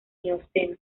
mioceno